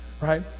Right